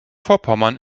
vorpommern